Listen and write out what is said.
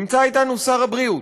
נמצא אתנו שר הבריאות,